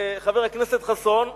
חבר הכנסת חסון,